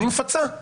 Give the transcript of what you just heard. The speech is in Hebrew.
אני מפצה.